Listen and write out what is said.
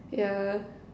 yeah